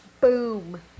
Boom